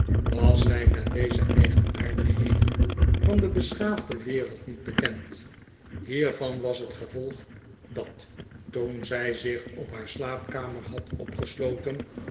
was zij met deze eigenaardigheden van de beschaafde wereld niet bekend hiervan was het gevolg dat toen zij zich op haar slaapkamer had opgesloten